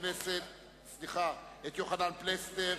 את יוחנן פלסנר,